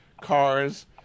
cars